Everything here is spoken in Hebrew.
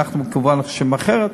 אנחנו כמובן חושבים אחרת.